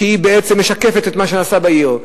שהיא בעצם משקפת את מה שנעשה בעיר,